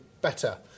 Better